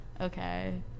okay